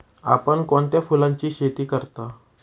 आपण कोणत्या फुलांची शेती करता?